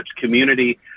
community